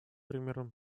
примером